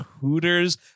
Hooters